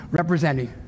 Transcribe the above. representing